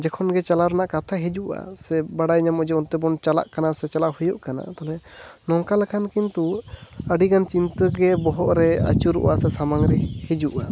ᱡᱚᱠᱷᱚᱱ ᱜᱮ ᱪᱟᱞᱟᱣ ᱨᱮᱱᱟᱜ ᱠᱟᱛᱷᱟ ᱦᱤᱡᱩᱜᱼᱟ ᱥᱮ ᱵᱟᱲᱟᱭ ᱧᱟᱢᱚᱜᱼᱟ ᱡᱮ ᱚᱱᱛᱮ ᱵᱚᱱ ᱪᱟᱞᱟᱜ ᱠᱟᱱᱟ ᱥᱮ ᱪᱟᱞᱟᱜ ᱦᱩᱭᱩᱜ ᱠᱟᱱᱟ ᱛᱟᱦᱚᱞᱮ ᱱᱚᱝᱠᱟ ᱞᱮᱠᱷᱟᱱ ᱠᱤᱱᱛᱩ ᱟᱹᱰᱤ ᱜᱟᱱ ᱪᱤᱱᱛᱟᱹ ᱜᱮ ᱵᱚᱦᱚᱜ ᱨᱮ ᱟᱹᱪᱩᱨᱚᱜᱼᱟ ᱥᱮ ᱥᱟᱢᱟᱝ ᱨᱮ ᱦᱤᱡᱩᱜᱼᱟ